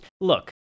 look